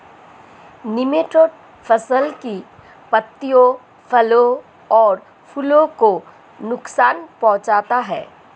nematode फसल की पत्तियों फलों और फूलों को नुकसान पहुंचाते हैं